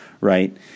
right